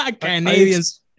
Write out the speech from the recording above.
Canadians